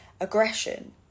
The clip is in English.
aggression